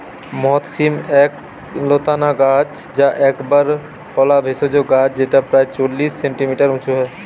মথ শিম এক লতানা গাছ যা একবার ফলা ভেষজ গাছ যেটা প্রায় চল্লিশ সেন্টিমিটার উঁচু হয়